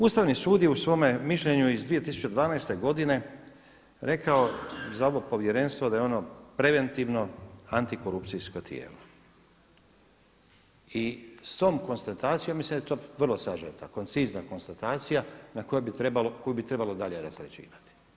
Ustavni sud je u svome mišljenju iz 2012. godine rekao za ovo Povjerenstvo da je ono preventivno, antikorupcijsko tijelo i s tom konstatacijom mislim da je to vrlo sažeta, koncizna konstatacija koju bi trebalo dalje razrađivati.